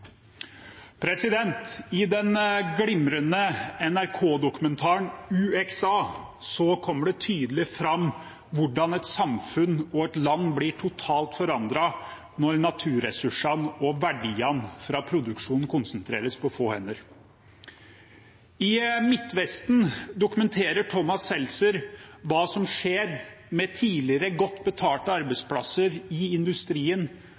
I den glimrende NRK-dokumentaren «UXA» kommer det tydelig fram hvordan et samfunn og et land blir totalt forandret når naturressursene og verdiene fra produksjon konsentreres på få hender. I Midtvesten dokumenterer Thomas Seltzer hva som skjer med tidligere godt betalte arbeidsplasser i industrien,